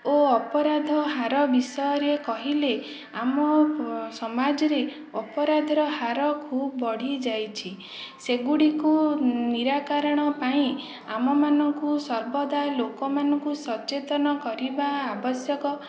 ଓ ଅପରାଧ ହାର ବିଷୟରେ କହିଲେ ଆମ ସମାଜରେ ଅପରାଧର ହାର ଖୁବ ବଢ଼ିଯାଇଛି ସେଗୁଡ଼ିକୁ ନିରାକାରଣ ପାଇଁ ଆମ ମାନଙ୍କୁ ସର୍ବଦା ଲୋକମାନଙ୍କୁ ସଚେତନ କରିବା ଆବଶ୍ୟକ